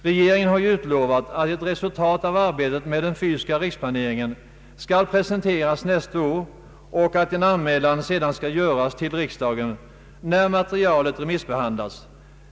Regeringen har ju utlovat att ett resultat av arbetet med den fysiska riksplaneringen skall presenteras nästa år och att en anmälan skall göras till riksdagen när materialet remissbehandlats.